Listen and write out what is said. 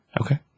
okay